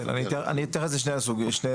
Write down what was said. כן, אני אתייחס לשני הנושאים.